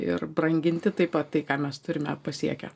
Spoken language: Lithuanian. ir branginti taip pat tai ką mes turime pasiekę